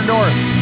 North